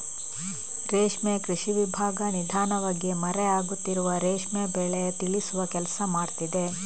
ರೇಷ್ಮೆ ಕೃಷಿ ವಿಭಾಗ ನಿಧಾನವಾಗಿ ಮರೆ ಆಗುತ್ತಿರುವ ರೇಷ್ಮೆ ಬೆಳೆ ಬಗ್ಗೆ ತಿಳಿಸುವ ಕೆಲ್ಸ ಮಾಡ್ತಿದೆ